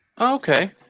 Okay